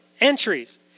entries